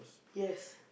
yes